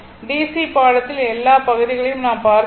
C பாடத்தில் எல்லா பகுதிகளையும் நாம் பார்த்து விட்டோம்